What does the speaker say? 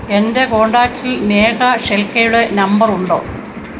എൻ്റെ കോണ്ടാക്ട്സിൽ നേഹ ഷെൽകെയുടെ നമ്പറുണ്ടോ